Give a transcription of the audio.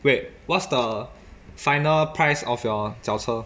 wait what's the final price of your 脚车